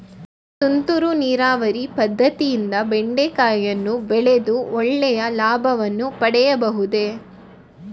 ತುಂತುರು ನೀರಾವರಿ ಪದ್ದತಿಯಿಂದ ಬೆಂಡೆಕಾಯಿಯನ್ನು ಬೆಳೆದು ಒಳ್ಳೆಯ ಲಾಭವನ್ನು ಪಡೆಯಬಹುದೇ?